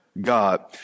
God